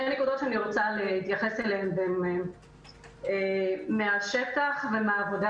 אני רוצה להתייחס לשתי נקודות והן מהשטח ומהעבודה